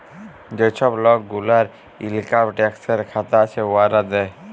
যে ছব লক গুলার ইলকাম ট্যাক্সের খাতা আছে, উয়ারা দেয়